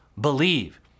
believe